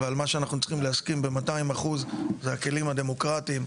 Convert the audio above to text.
ומה שאנחנו צריכים להסכים עליו ב-200% זה הכלים הדמוקרטיים,